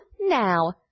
now